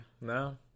no